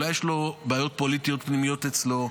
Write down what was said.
אולי יש לו בעיות פוליטיות פנימיות אצלו,